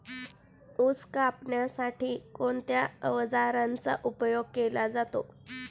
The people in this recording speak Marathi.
ऊस कापण्यासाठी कोणत्या अवजारांचा उपयोग केला जातो?